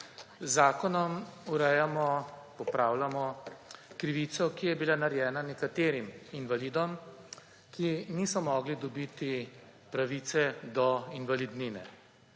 zakonom urejamo, popravljamo krivico, ki je bila narejena nekaterim invalidom, ki niso mogli dobiti pravice do invalidnine.